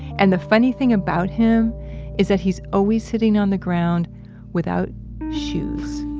and the funny thing about him is that he's always sitting on the ground without shoes